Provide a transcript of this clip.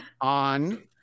on